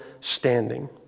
standing